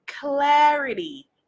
clarity